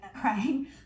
crying